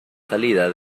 salida